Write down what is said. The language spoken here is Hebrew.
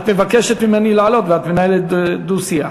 את מבקשת ממני לעלות ואת מנהלת דו-שיח.